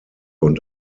und